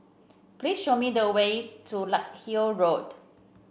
please show me the way to Larkhill Road